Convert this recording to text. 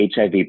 HIV